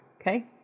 Okay